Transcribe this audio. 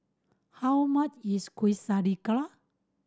how much is Quesadillas